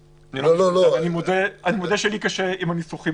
אני מודה שלי קשה עם הניסוחים